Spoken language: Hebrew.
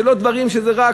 שזה לא דברים שהם רק